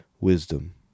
wisdom